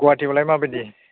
गुवाहाटिआवलाय मा बायदि